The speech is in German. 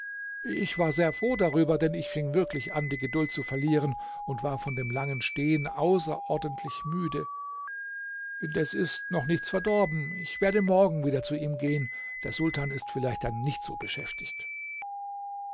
ich war sehr froh darüber denn ich fing wirklich an die geduld zu verlieren und war von dem langen stehen außerordentlich müde indes ist noch nichts verdorben ich werde morgen wieder zu ihm gehen der sultan ist vielleicht dann nicht so beschäftigt